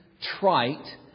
trite